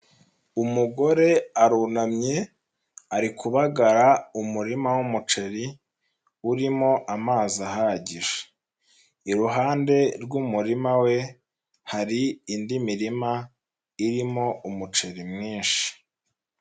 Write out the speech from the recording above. Umugore arunamye ari kubagara umurima w'umuceri urimo amazi ahagije, iruhande rw'umurima we hari indi mirima irimo umuceri mwinshi.